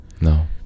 No